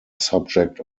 subject